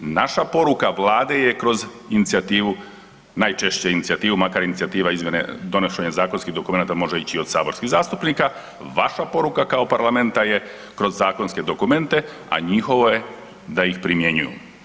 Naša poruka Vlade je kroz inicijativu, najčešće inicijativu makar inicijativa izmjene, donošenje zakonskih dokumenata može ići i od saborskih zastupnika, vaša poruka kao parlamenta je kroz zakonske dokumente, a njihovo je da ih primjenjuju.